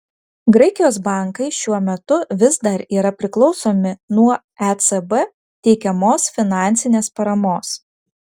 graikijos bankai šiuo metu vis dar yra priklausomi nuo ecb teikiamos finansinės paramos